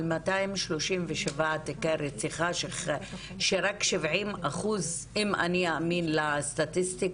על 237 תיקי רצח שרק 70 אחוז אם אני אאמין לסטטיסטיקה,